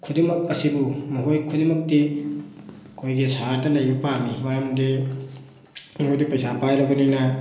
ꯈꯨꯗꯤꯡꯃꯛ ꯑꯁꯤꯕꯨ ꯃꯈꯣꯏ ꯈꯨꯗꯤꯡꯃꯛꯇꯤ ꯑꯩꯍꯣꯏꯒꯤ ꯁꯍꯔꯗ ꯂꯩꯕ ꯄꯥꯝꯃꯤ ꯃꯔꯝꯗꯤ ꯃꯣꯏꯗꯤ ꯄꯩꯁꯥ ꯄꯥꯏꯔꯕꯅꯤꯅ